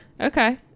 Okay